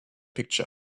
picture